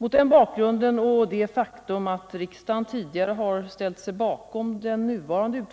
Mot bakgrund av detta och det faktum att riksdagen tidigare har ställt sig bakom den nuvarande